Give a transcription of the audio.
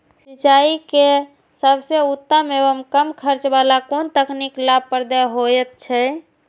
सिंचाई के सबसे उत्तम एवं कम खर्च वाला कोन तकनीक लाभप्रद होयत छै?